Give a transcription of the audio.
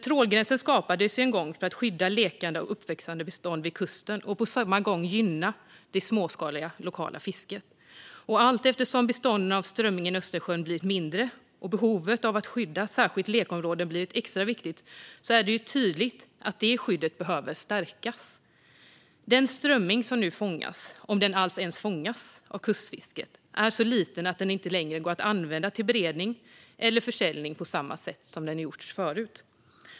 Trålgränsen skapades en gång för att skydda lekande och uppväxande bestånd vid kusten och på samma gång gynna det småskaliga lokala fisket. Allteftersom bestånden av strömming i Östersjön blivit mindre och behovet av att skydda särskilt lekområdena blivit extra viktigt är det tydligt att det skyddet behöver stärkas. Den strömming som nu fångas, om den alls ens fångas av kustfisket, är så liten att den inte längre går att använda till beredning eller försäljning på samma sätt som gjorts förut.